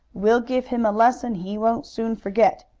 we'll give him a lesson he won't soon forget.